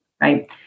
right